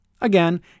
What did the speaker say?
Again